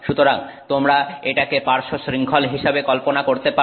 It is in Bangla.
সুতরাং তোমরা এটাকে পার্শ্বশৃংখল হিসাবে কল্পনা করতে পারো